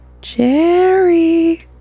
Jerry